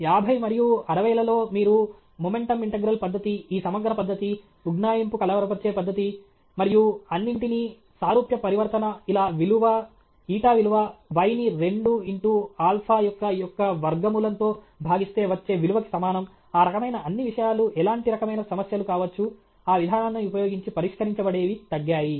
యాభై మరియు అరవైలలో మీరు మొమెంటం ఇంటిగ్రల్ పద్దతి ఈ సమగ్ర పద్ధతి ఉజ్జాయింపు కలవరపరిచే పద్ధతి మరియు అన్నింటినీ సారూప్య పరివర్తన ఇటా విలువ y ని రెండు ఆల్ఫా యొక్క యొక్క వర్గమూలం తో భాగిస్తే వచ్చే విలువకి సమానం ఆ రకమైన అన్ని విషయాలు ఎలాంటి రకమైన సమస్యలు కావచ్చు ఆ విధానాన్ని ఉపయోగించి పరిష్కరించబడేవి తగ్గాయి